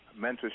Mentorship